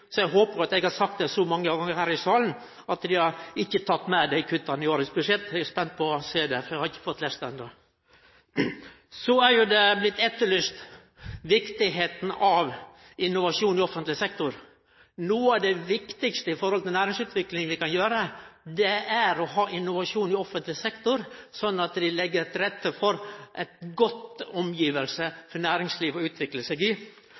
Eg håper eg har sagt det så mange gonger her i salen at dei ikkje tek dei kutta i årets budsjett. Eg er spent på å sjå det, for eg har ikkje fått lese det enno. Så er viktigheita av innovasjon i offentleg sektor blitt etterlyst. Noko av det viktigaste vi kan gjere i forhold til næringsutvikling, er å ha innovasjon i offentleg sektor, slik at det blir lagt til rette for gode omgjevnader for næringslivet å utvikle seg i.